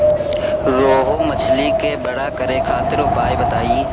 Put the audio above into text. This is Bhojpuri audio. रोहु मछली के बड़ा करे खातिर उपाय बताईं?